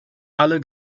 alle